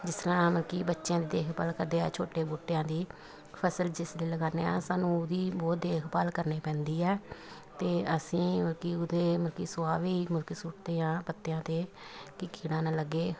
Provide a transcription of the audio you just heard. ਜਿਸ ਤਰ੍ਹਾਂ ਮਲਕੀ ਬੱਚਿਆਂ ਦੀ ਦੇਖਭਾਲ ਕਰਦੇ ਹਾਂ ਛੋਟੇ ਬੂਟਿਆਂ ਦੀ ਫ਼ਸਲ ਜਿਸ ਦੇ ਲਗਾਉਂਦੇ ਹਾਂ ਸਾਨੂੰ ਉਹਦੀ ਬਹੁਤ ਦੇਖਭਾਲ ਕਰਨੀ ਪੈਂਦੀ ਹੈ ਅਤੇ ਅਸੀਂ ਮਲਕੀ ਉਹਦੇ ਮਲਕੀ ਸੁਆਹ ਵੀ ਮਲਕੀ ਸੁੱਟਦੇ ਹਾਂ ਪੱਤਿਆਂ 'ਤੇ ਕੀ ਕੀੜਾ ਨਾ ਲੱਗੇ